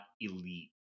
elite